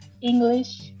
English